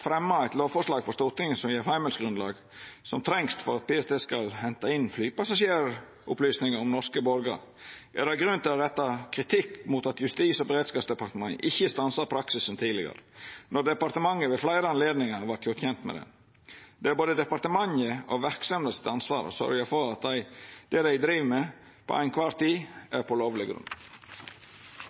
eit lovforslag for Stortinget som gjev det heimelsgrunnlaget som trengst for at PST skal henta inn flypassasjeropplysningar om norske borgarar, er det grunn til å retta kritikk mot at Justis- og beredskapsdepartementet ikkje stansa praksisen tidlegare når departementet ved fleire anledningar vart gjort kjent med det. Det er berre departementet og verksemda sitt ansvar å sørgja for at det dei driv med til kvar tid, er på lovleg grunn.